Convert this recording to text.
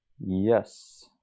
Yes